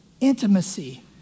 Intimacy